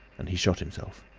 and he shot himself.